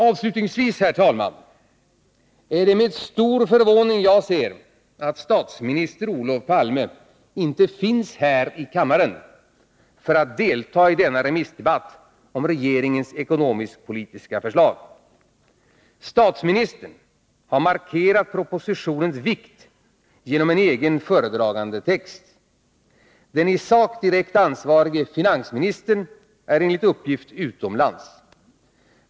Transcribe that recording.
Avslutningsvis, herr talman, vill jag säga att det är med stor förvåning jag ser att statsminister Olof Palme inte finns här i kammaren för att delta i denna remissdebatt om regeringens ekonomisk-politiska förslag. Statsministern har markerat propositionens vikt genom en egen föredragandetext. Den i sak direkt ansvarige finansministern är enligt uppgift utomlands.